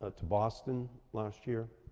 ah to boston last year.